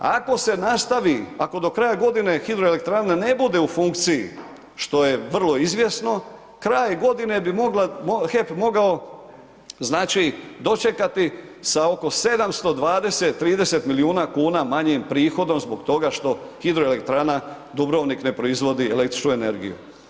Ako se nastavi, ako do kraja godine, hidroelektrana ne bude u funkciji, što je vrlo izvjesno, kraj godine, bi HEP mogao dočekati sa oko 720, 30 milijuna kuna manjim prihodom, zbog toga što hidroelektrana Dubrovnik ne proizvodi električnu energiju.